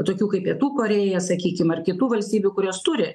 tokių kaip pietų korėja sakykim ar kitų valstybių kurios turi